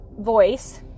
voice